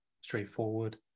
straightforward